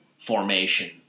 formation